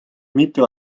mitu